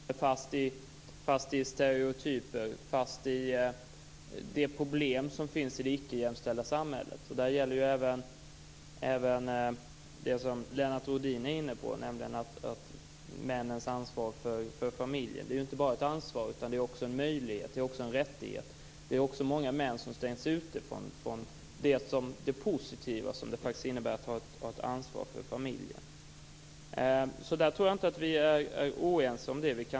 Herr talman! Jag sade i mitt inledningsanförande - och vidhåller den uppfattningen - att både män och kvinnor är fast i stereotyper, fast i de problem som finns i det icke jämställda samhället. Det gäller även det som Lennart Rohdin var inne på, nämligen männens ansvar för familjen. Det är inte bara ett ansvar, utan det är också en möjlighet och en rättighet. Många män stängs också ute från det positiva det faktiskt innebär att ta ansvar för familjen. Jag tror inte att vi är oense om det.